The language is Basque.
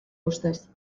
ustez